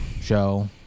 show